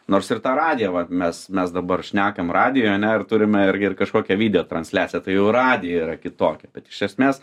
nors ir ta radija va mes mes dabar šnekam radijoj ane ir turime irgi kažkokią video transliaciją tai jau radija yra kitokia bet iš esmės